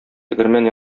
тегермән